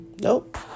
Nope